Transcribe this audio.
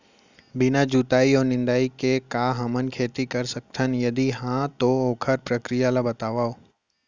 बिना जुताई अऊ निंदाई के का हमन खेती कर सकथन, यदि कहाँ तो ओखर प्रक्रिया ला बतावव?